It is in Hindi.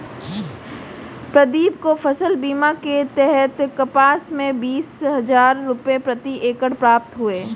प्रदीप को फसल बीमा के तहत कपास में बीस हजार रुपये प्रति एकड़ प्राप्त हुए